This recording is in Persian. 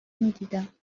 میدیدم